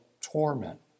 torment